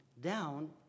down